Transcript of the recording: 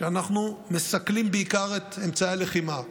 כשאנחנו מסכלים בעיקר את אמצעי הלחימה,